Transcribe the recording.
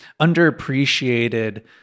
underappreciated